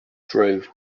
drove